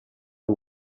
you